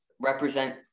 represent